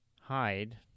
hide